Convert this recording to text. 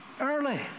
Early